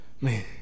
Man